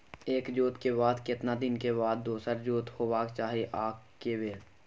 एक जोत के बाद केतना दिन के बाद दोसर जोत होबाक चाही आ के बेर?